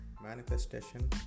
manifestation